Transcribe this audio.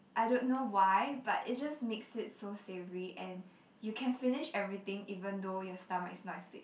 I don't know why but it just makes it so savoury and you can finish everything even though your stomach is not as big